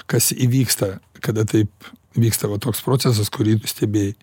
kas įvyksta kada taip vyksta va toks procesas kurį tu stebėjai